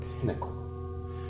pinnacle